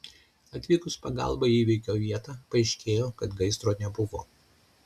atvykus pagalbai į įvykio vietą paaiškėjo kad gaisro nebuvo